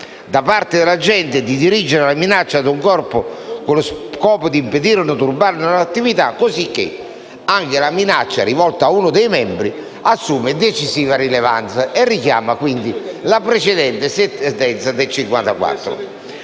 da parte dell'agente di dirigere la minaccia ad un corpo con lo scopo di impedirne o turbarne l'attività, cosicché anche la minaccia rivolta ad uno dei suoi membri assume decisiva rilevanza. La Corte richiama in proposito una sentenza del 1954.